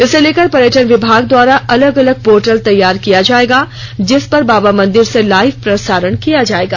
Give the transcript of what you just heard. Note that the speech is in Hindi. इसे लेकर पर्यटन विभाग द्वारा अलग अलग पोर्टल तैयार किया जायेगा जिस पर बाबा मंदिर से लाइव प्रसारण किया जायेगा